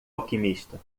alquimista